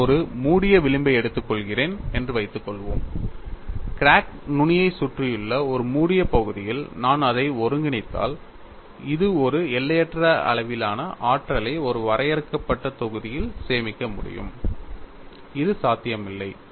நான் ஒரு மூடிய விளிம்பை எடுத்துக்கொள்கிறேன் என்று வைத்துக்கொள்வோம் கிராக் நுனியைச் சுற்றியுள்ள ஒரு மூடிய பகுதியில் நான் அதை ஒருங்கிணைத்தால் இது ஒரு எல்லையற்ற அளவிலான ஆற்றலை ஒரு வரையறுக்கப்பட்ட தொகுதியில் சேமிக்க முடியும் இது சாத்தியமில்லை